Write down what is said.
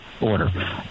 order